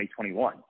2021